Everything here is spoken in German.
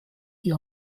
die